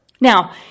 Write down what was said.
Now